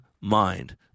mind